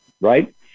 right